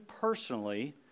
personally